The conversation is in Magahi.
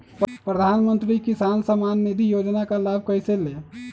प्रधानमंत्री किसान समान निधि योजना का लाभ कैसे ले?